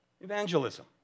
Evangelism